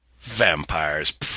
Vampires